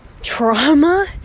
trauma